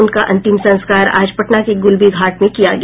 उनका अंतिम संस्कार आज पटना के गुलबी घाट में किया गया